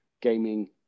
gaming